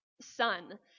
son